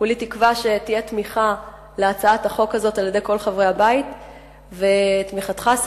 כולי תקווה שתהיה תמיכה בהצעת החוק הזאת של כל חברי הבית ותמיכתה שלך,